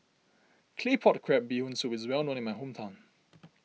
Claypot Crab Bee Hoon Soup is well known in my hometown